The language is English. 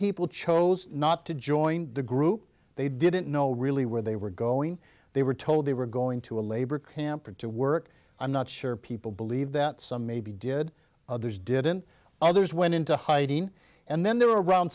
people chose not to join the group they didn't know really where they were going they were told they were going to a labor camp or to work i'm not sure people believe that some maybe did others didn't others went into hiding and then there were around